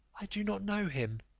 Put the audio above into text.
i do not know him,